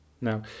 Now